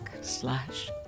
slash